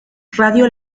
radio